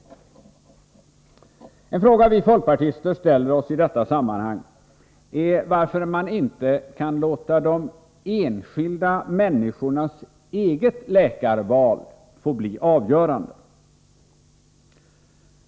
En fråga vi folkpartister ställer oss i detta sammanhang är varför man inte kan låta de enskilda människornas eget läkarval få bli avgörande.